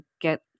get